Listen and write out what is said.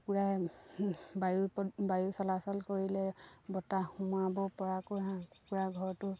কুকুৰাই বায়ু বায়ু চলাচল কৰিলে বতাহ সোমোৱাব পৰাকৈ হাঁহ কুকুৰা ঘৰটো